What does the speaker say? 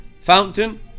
fountain